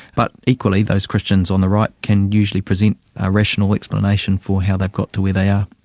but equally those christians on the right can usually present a rational explanation for how they've got to where they are.